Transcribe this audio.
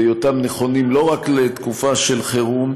בהיותם נכונים לא רק לתקופה של חירום,